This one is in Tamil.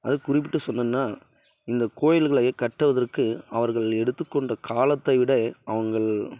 அது குறிப்பிட்டு சொல்லணுன்னா இந்த கோயில்களை கட்டுவதற்கு அவர்கள் எடுத்து கொண்ட காலத்தை விட அவங்கள்